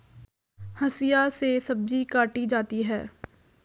हंसिआ से सब्जी काटी जाती है